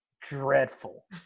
dreadful